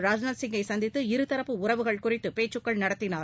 ராஜ்நாத் சிங்கை சந்தித்து இருதரப்பு உறவுகள் குறித்து பேச்சுக்கள் நடத்தினார்